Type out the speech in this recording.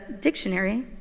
dictionary